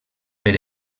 per